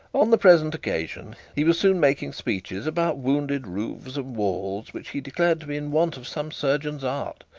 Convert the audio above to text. on the present occasion, he was soon making speeches about wounded roofs and walls, which he declared to be in want of some surgeon's art.